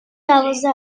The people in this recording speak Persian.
دوازده